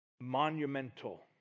Monumental